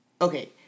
Okay